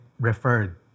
referred